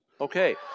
Okay